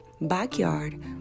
backyard